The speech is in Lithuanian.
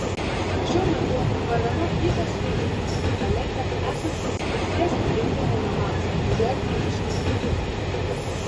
šiuo metu parama ypač reikalinga alepe esantiems vilties gimdymo namams ligoninei išlaikyti